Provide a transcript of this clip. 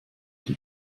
die